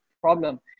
problem